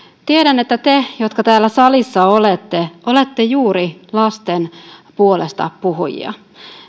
tiedän että te jotka täällä salissa olette olette juuri lasten puolestapuhujia